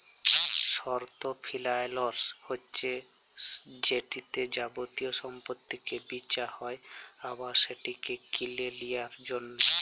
short ফিলালস হছে যেটতে যাবতীয় সম্পত্তিকে বিঁচা হ্যয় আবার সেটকে কিলে লিঁয়ার জ্যনহে